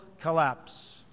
collapse